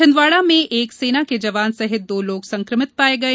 छिंदवाड़ा में एक सेना के जवान सहित दो लोग संक्रमित पाए गये